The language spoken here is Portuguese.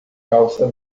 calça